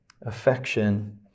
affection